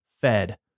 fed